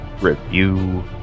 review